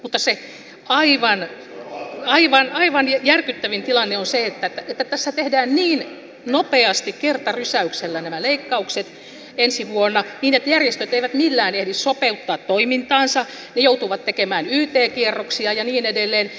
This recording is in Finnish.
mutta se aivan aivan järkyttävin tilanne on se että tässä tehdään niin nopeasti kertarysäyksellä nämä leikkaukset ensi vuonna niin että järjestöt eivät millään ehdi sopeuttaa toimintaansa vaan ne joutuvat tekemään yt kierroksia ja niin edelleen